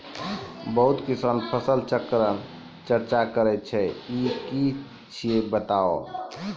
बहुत किसान फसल चक्रक चर्चा करै छै ई की छियै बताऊ?